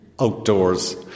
outdoors